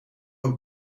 een